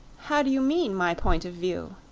how do you mean my point of view?